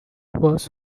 was